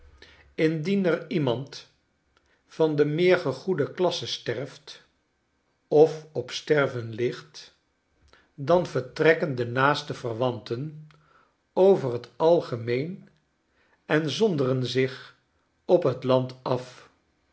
indien er iemand van de meer gegoede klasse sterft of op sterven ligt dan vertrekken de naaste verwanten over het algemeen en zonderen zich op het land af